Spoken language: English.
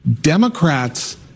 Democrats